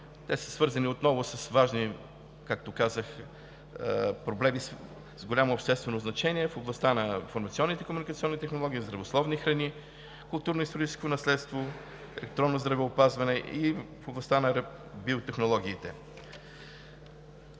Те са свързани отново с важни, както казах, проблеми с голямо обществено значение в областта на информационните и комуникационни технологии, здравословни храни, културно и историческо наследство, електронно здравеопазване и в областта на биотехнологиите.